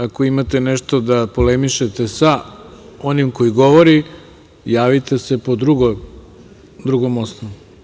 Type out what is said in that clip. Ako imate nešto da polemišete sa onim koji govori, javite se po drugom osnovu.